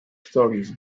stories